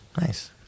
nice